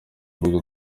imbuga